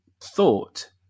thought